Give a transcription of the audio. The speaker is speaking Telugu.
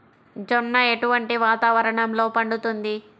జొన్న ఎటువంటి వాతావరణంలో పండుతుంది?